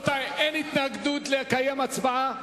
אין התנגדות לקיים הצבעה?